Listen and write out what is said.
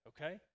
okay